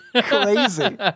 Crazy